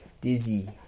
Dizzy